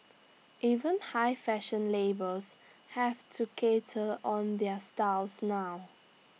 even high fashion labels have to cater on their styles now